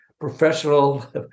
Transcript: professional